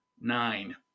Nine